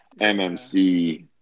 MMC